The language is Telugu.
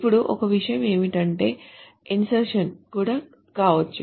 ఇప్పుడు ఒక విషయం ఏమిటంటే ఇన్సర్షన్ కూడా కావచ్చు